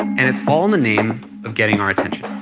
and it's all in the name of getting our attention